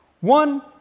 One